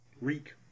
Reek